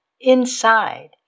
inside